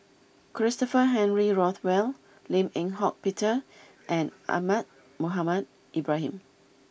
Christopher Henry Rothwell Lim Eng Hock Peter and Ahmad Mohamed Ibrahim